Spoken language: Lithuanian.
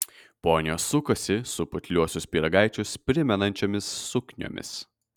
ponios sukosi su putliuosius pyragaičius primenančiomis sukniomis